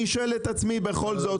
אני שואל את עצמי בכל זאת,